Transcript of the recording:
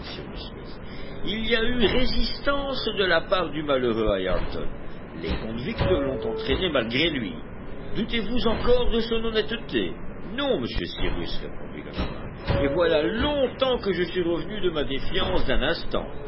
il y a eu résistance de la part du malheureux ayrton les convicts l'ont entraîné malgré lui doutez-vous encore de son honnêteté non monsieur cyrus répondit le marin et voilà longtemps que je suis revenu de ma défiance d'un instant